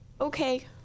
Okay